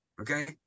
Okay